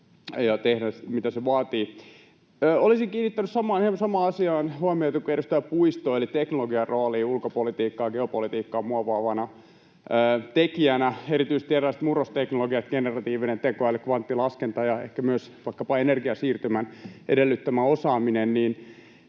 ja tehdä, mitä se vaatii. Olisin kiinnittänyt hieman samaan asiaan huomiota kuin edustaja Puisto eli teknologian rooliin ulkopolitiikkaa, geopolitiikkaa muovaavana tekijänä. Erityisesti eräät murrosteknologiat, generatiivinen tekoäly, kvanttilaskenta ja ehkä myös vaikkapa energiasiirtymän edellyttämä osaaminen